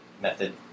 method